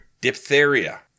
Diphtheria